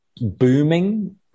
booming